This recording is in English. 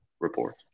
report